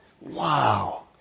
Wow